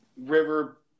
River